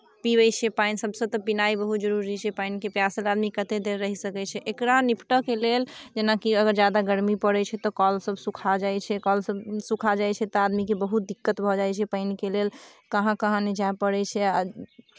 पीबै छै पानि सभसँ तऽ पीनाइ बहुत जरूरी छै पानिके प्यासल आदमी कतेक देर रहि सकै छै एकरा निपटयके लेल जेनाकि अगर ज्यादा गर्मी पड़ै छै तऽ कलसभ सुखा जाइ छै कलसभ सुखा जाइ छै तऽ आदमीकेँ बहुत दिक्कत भऽ जाइ छै पानिके लेल कहाँ कहाँ नहि जाय पड़ै छै